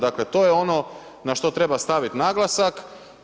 Dakle to je ono na što treba staviti naglasak.